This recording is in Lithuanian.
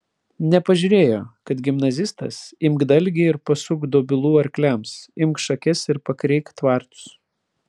nepažiūrėjo kad gimnazistas imk dalgį ir pasuk dobilų arkliams imk šakes ir pakreik tvartus